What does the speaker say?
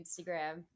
Instagram